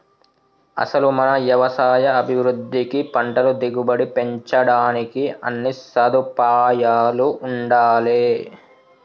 అసలు మన యవసాయ అభివృద్ధికి పంటల దిగుబడి పెంచడానికి అన్నీ సదుపాయాలూ ఉండాలే